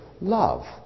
love